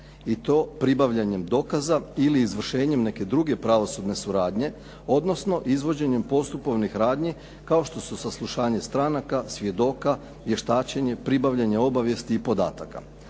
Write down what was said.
I to pribavljanjem dokaza ili izvršenjem neke druge pravosudne suradnje, odnosno izvođenjem postupovnih radnji kao što su saslušanje stranaka, svjedoka, vještačenje, pribavljanje obavijesti i podataka.